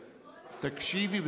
תקשיבי,